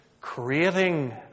creating